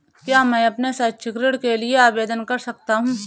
क्या मैं अपने शैक्षिक ऋण के लिए आवेदन कर सकता हूँ?